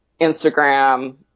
Instagram